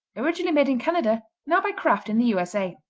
originally made in canada, now by kraft in the u s a.